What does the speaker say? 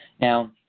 Now